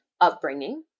upbringing